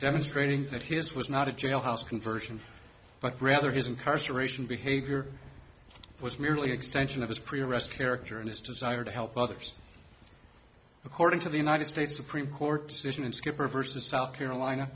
demonstrating that his was not a jailhouse conversion but rather his incarceration behavior was merely extension of his pre arrest character and his desire to help others according to the united states supreme court decision and skipper versus south carolina